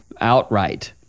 outright